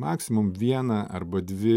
maksimum vieną arba dvi